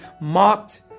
mocked